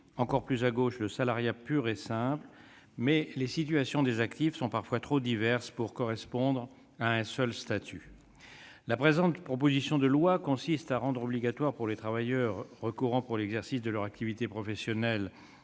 encore plus à gauche, le salariat pur et simple, mais les situations des actifs sont parfois trop diverses pour correspondre à un seul statut. La présente proposition de loi consiste à rendre obligatoire, pour les travailleurs recourant, pour l'exercice de leur activité professionnelle,